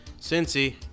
Cincy